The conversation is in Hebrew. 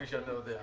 כפי שאתה יודע.